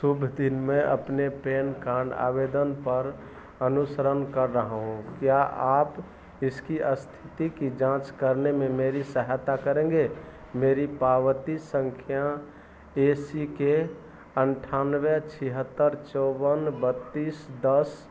शुभ दिन मैं अपने पैन कार्ड आवेदन पर अनुसरण कर रहा हूँ क्या आप इसकी स्थिति की जाँच करने में मेरी सहायता करेंगे मेरी पावती संख्या ए सी के अट्ठानवे छिहत्तर चौवन बत्तीस दस